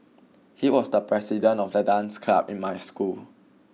he was the president of the dance club in my school